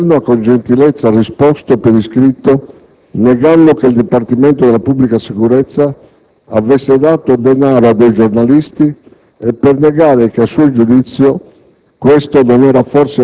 il Ministro dell'interno ha con gentilezza risposto per iscritto, negando che il Dipartimento della Pubblica Sicurezza avesse dato denaro a dei giornalisti, e per negare che, a suo giudizio,